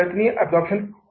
यह पक्ष और यह पक्ष के